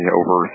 over